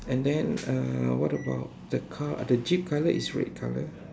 and then uh what about the car the jeep color is red color